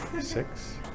Six